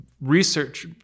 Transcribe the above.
research